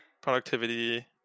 productivity